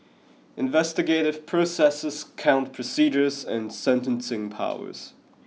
investigative processes court procedures and sentencing powers